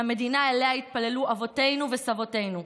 המדינה שאליה התפללו אבותינו וסבותינו,